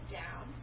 down